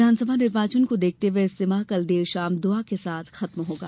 विधानसभा निर्वाचन को देखते हए इज्तिमा कल देर शाम दुआ के साथ खत्म होगा